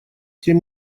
тем